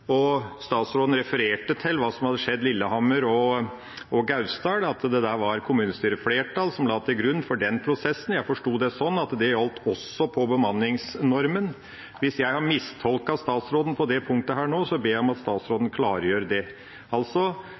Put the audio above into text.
og statsråden refererte til hva som hadde skjedd på Lillehammer og i Gausdal, at det der var kommunestyreflertall som lå til grunn for den prosessen. Jeg forsto det sånn at det gjaldt også på bemanningsnormen. Hvis jeg har mistolket statsråden på det punktet her nå, ber jeg om at statsråden klargjør det. Altså,